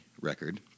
record